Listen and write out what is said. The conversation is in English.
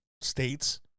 states